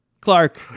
Clark